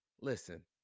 listen